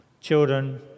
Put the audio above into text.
Children